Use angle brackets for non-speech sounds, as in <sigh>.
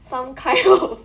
some kind <noise>